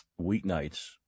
weeknights